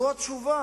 זו התשובה.